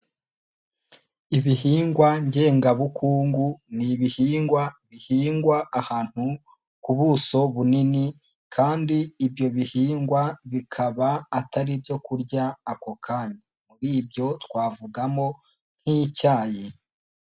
Ibihingwa ngengabukungu ni ibihingwa bihingwa ahantu ku buso bunini kandi ibyo bihingwa bikaba atari ibyo kurya ako kanya, muri ibyo twavugamo nk'icyayi.